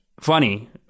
funny